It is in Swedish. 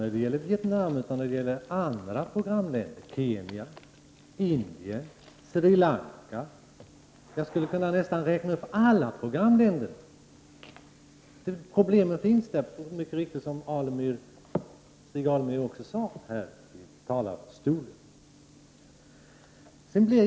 Och det gäller inte bara Vietnam utan också andra programländer, t.ex. Kenya, Indien och Sri Lanka. Jag skulle nästan kunna räkna upp alla programländerna. Problemet är likartat där, som Stig Alemyr mycket riktigt sade.